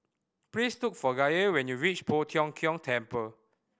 please look for Gaye when you reach Poh Tiong Kiong Temple